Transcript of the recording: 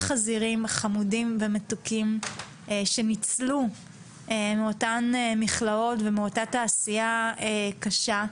חזירים חמודים ומתוקים שניצלו מאותן מכלאות ומאותה תעשייה קשה.